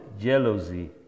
jealousy